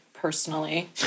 Personally